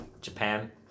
Japan